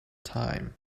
time